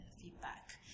feedback